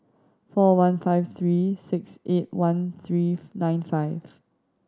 four one five three six eight one three nine five